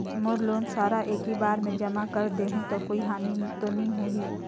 मोर loan सारा एकी बार मे जमा कर देहु तो कोई हानि तो नी होही?